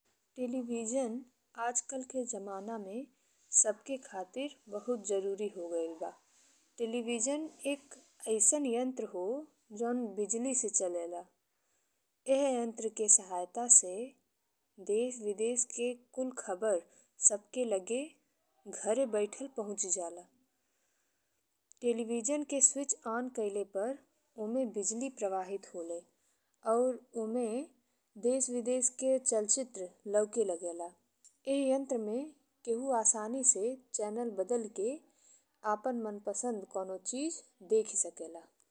Television आजकल के जमाना में सबके खातिर बहुत जरूरी हो गइल बा। टेलीविजन एक अइसन यंत्र हो जौन बिजली से चलेला। ई यंत्र के सहायता से देश विदेश के कुल खबर सबके लगे घरे बइठल पहुँची जाला। टेलीविजन के स्विच ऑन कइले पर ओमे बिजली प्रवाहित होले और ओमे देश विदेश के चलचित्र लाउके लागेला। एह यंत्र में केहू आसानी से चैनल बदलि के आपन मनपसंद कवनो चीज देखि सकेला।